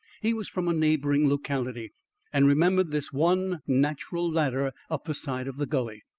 he was from a neighbouring locality and remembered this one natural ladder up the side of the gully.